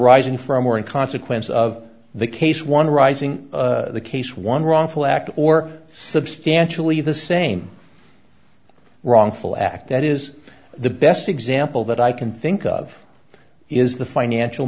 ising from or in consequence of the case one rising the case one wrongful act or substantially the same wrongful act that is the best example that i can think of is the financial